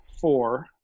four